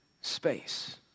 space